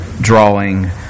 drawing